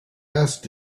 asked